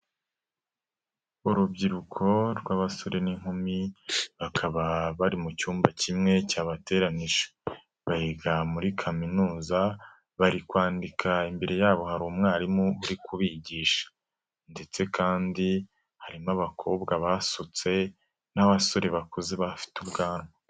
Urubyiruko rw'abasore n'inkumi, bakaba bari mu cyumba kimwe cyabateranije. Biga muri kaminuza, bari kwandika imbere yabo hari umwarimu uri kubigisha ndetse kandi harimo abakobwa basutse n'abasore bakuze bafite ubwanwa.